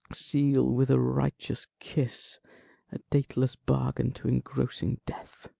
seal with a righteous kiss a dateless bargain to engrossing death